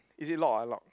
is it lock or unlock